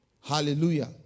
Hallelujah